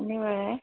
শনিবাৰে